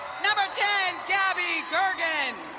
number ten, gabby gergen